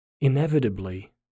inevitably